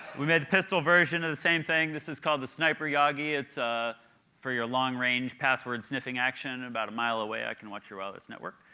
we made the pistol version of the same thing. this is called the sniper yagi. it's ah for your long-range password sniffing action, about a mile away i can watch your wireless network.